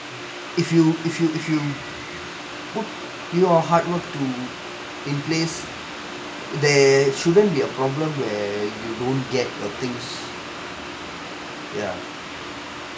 if you if you if you put your hard work to in place there shouldn't be a problem where you don't get a things ya